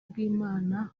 bw’imana